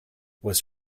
was